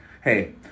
Hey